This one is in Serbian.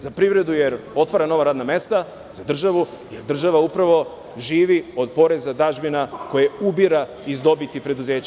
Za privredu jer otvara nova radna mesta, a za državu jer država upravo živi od poreza, dažbina koje ubira iz dobiti preduzeća.